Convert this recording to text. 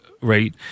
rate